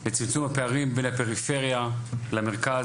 לצמצום הפערים בין הפריפריה למרכז,